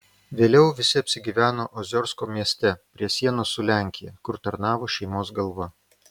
vėliau visi apsigyveno oziorsko mieste prie sienos su lenkija kur tarnavo šeimos galva